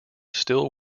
still